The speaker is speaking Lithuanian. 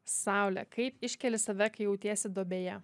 saule kaip iškeli save kai jautiesi duobėje